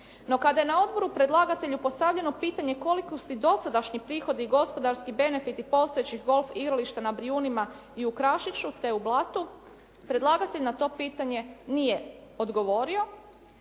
No, kada je na odboru predlagatelju postavljeno pitanje koliko su dosadašnji prihodi i gospodarski benefiti postojećih golf igrališta na Brijunima i u Krašiću te u Blatu predlagatelj na to pitanje nije odgovorio.